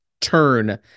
turn